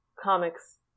comics